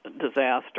disaster